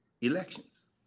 elections